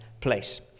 place